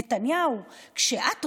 נתניהו: כשאת עובדת,